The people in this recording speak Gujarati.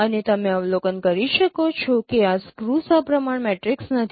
અને તમે અવલોકન કરી શકો છો કે આ સ્ક્યૂ સપ્રમાણ મેટ્રિક્સ નથી